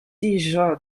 déjà